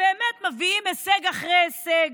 שבאמת מביאים הישג אחרי הישג.